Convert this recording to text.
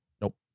Nope